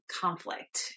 conflict